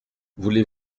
vous